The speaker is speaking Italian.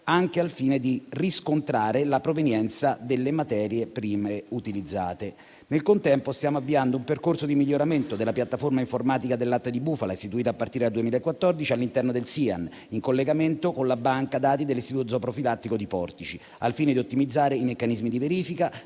anche al fine di riscontrare la provenienza delle materie prime utilizzate. Nel contempo, stiamo avviando un percorso di miglioramento della piattaforma informatica del latte di bufala, istituita a partire dal 2014 all'interno del SIAN, in collegamento con la banca dati dell'istituto zooprofilattico di Portici, al fine di ottimizzare i meccanismi di verifica